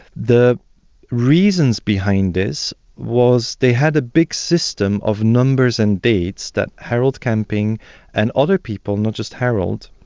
the reasons behind this was they had a big system of numbers and dates that harold camping and other people, not just harold,